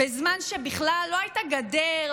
בזמן שבכלל לא הייתה גדר,